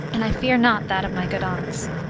and i fear not that of my good aunts.